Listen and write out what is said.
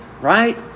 right